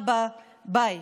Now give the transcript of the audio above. אבא, ביי.